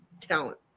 talent